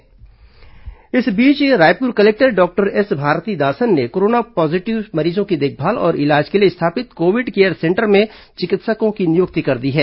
corona समाचार इस बीच Raipur collector doctor S Bharathidasan ने कोरोना पॉजीटिव मरीजों की देखभाल और इलाज के लिए स्थापित कोविड केयर सेंटर में चिकित्सकों की नियुक्ति कर दी है